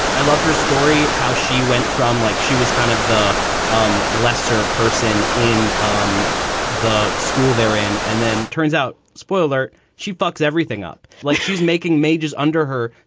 i loved her story. how she went from like she was kind of the um lesser person in um the school they're in. and then turns out spoiler she fucks everything up like she's making majors under her.